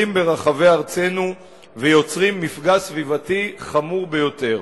ברחבי ארצנו ויוצרת מפגע סביבתי חמור ביותר.